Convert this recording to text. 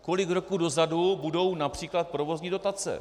Kolik roků dozadu budou například provozní dotace?